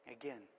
Again